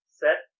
set